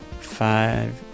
five